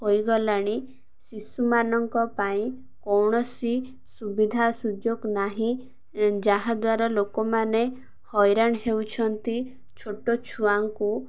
ହୋଇଗଲାଣି ଶିଶୁମାନଙ୍କ ପାଇଁ କୌଣସି ସୁବିଧା ସୁଯୋଗ ନାହିଁ ଯାହାଦ୍ୱାରା ଲୋକମାନେ ହଇରାଣ ହେଉଛନ୍ତି ଛୋଟ ଛୁଆଙ୍କୁ